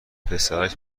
پسرک